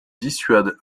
dissuade